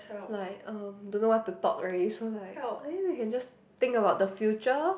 like um don't know what to talk already so like maybe we can just think about the future